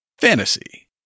fantasy